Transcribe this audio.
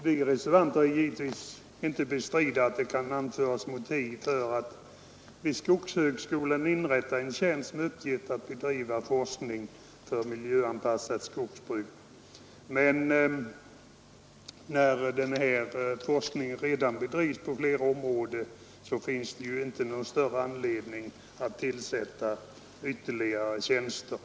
Vi reservanter vill naturligtvis inte bestrida att det kan anföras motiv för att vid skogshögskolan inrätta en tjänst med uppgift att bedriva forskning för miljöanpassat skogsbruk, men när denna forskning redan bedrivs på flera områden finns det ju inte någon större anledning att tillsätta ytterligare tjänster.